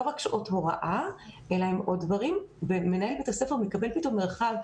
רק שעות הוראה אלא הם עוד דברים ומנהל בית הספר מקבל פתאום מרחב,